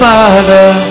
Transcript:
Father